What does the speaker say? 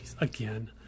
Again